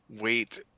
wait